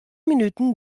minuten